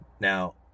Now